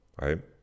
right